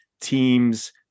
teams